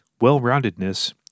well-roundedness